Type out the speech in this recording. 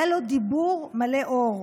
היה לו דיבור מלא אור.